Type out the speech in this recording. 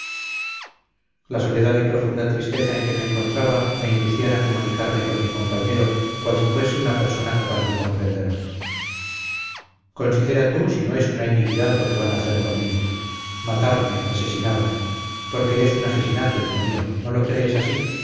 la soledad y profunda tristeza en que me encontraba me inducían a comunicarme con mi compañero cual si fuese una persona capaz de comprenderme considera tú si no es una iniquidad lo que van a hacer conmigo matarme asesinarme porque es un asesinato hijo mío no lo crees así